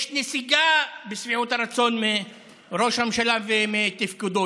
יש נסיגה בשביעות הרצון מראש הממשלה ומתפקודו,